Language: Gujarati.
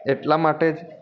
એટલા માટે જ